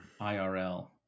IRL